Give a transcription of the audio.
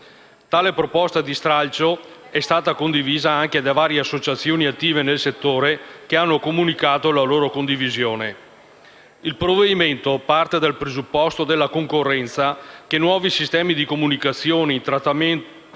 Tale proposta di stralcio è stata apprezzata anche da varie associazioni attive nel settore che hanno comunicato la loro condivisione. Il provvedimento parte dal presupposto della concorrenza con i nuovi sistemi di comunicazione, intrattenimento